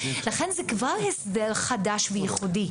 לכן, זה כבר הסדר חדש וייחודי.